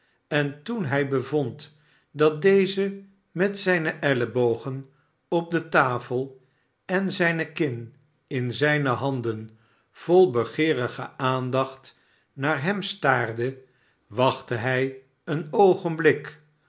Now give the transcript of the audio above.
en toen hij bevond dat deze met zijne ellebogen op de tafel en zijne kin in zijne handen vol begeerige aandacht naar hem staarde wachtte hij een oogenblik